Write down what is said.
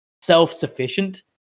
self-sufficient